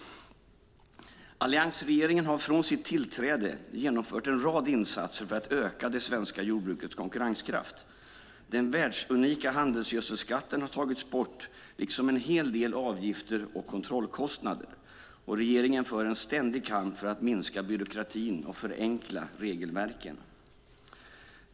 Alliansregeringen har från och med sitt tillträde genomfört en rad insatser för att öka det svenska jordbrukets konkurrenskraft. Den världsunika handelsgödselskatten har tagits bort liksom en hel del avgifter och kontrollkostnader. Regeringen för en ständig kamp för att minska byråkratin och förenkla regelverken.